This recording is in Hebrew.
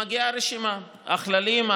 מגיעה רשימה: "הכללים,